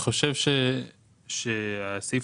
הסעיף